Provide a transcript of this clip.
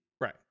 Right